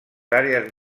àrees